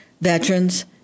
veterans